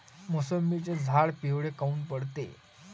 मोसंबीचे झाडं पिवळे काऊन पडते?